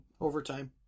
Overtime